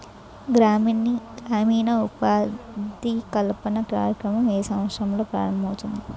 గ్రామీణ ఉపాధి కల్పన కార్యక్రమం ఏ సంవత్సరంలో ప్రారంభం ఐయ్యింది?